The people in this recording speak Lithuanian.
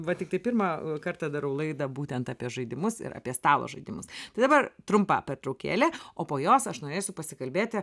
va tiktai pirmą kartą darau laidą būtent apie žaidimus ir apie stalo žaidimus tai dabar trumpa pertraukėlė o po jos aš norėsiu pasikalbėti